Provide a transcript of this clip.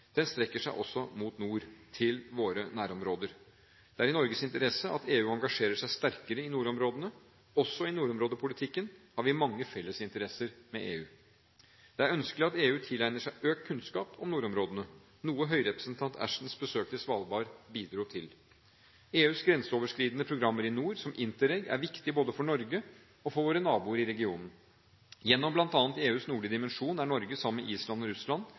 Den strekker seg også mot nord, til våre nærområder. Det er i Norges interesse at EU engasjerer seg sterkere i nordområdene. Også i nordområdepolitikken har vi mange fellesinteresser med EU. Det er ønskelig at EU tilegner seg økt kunnskap om nordområdene, noe høyrepresentant Ashtons besøk til Svalbard bidro til. EUs grenseoverskridende program i nord, som Interreg., er viktig både for Norge og for våre naboer i regionen. Gjennom bl.a. EUs nordlige dimensjon er Norge – sammen med Island og Russland